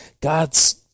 God's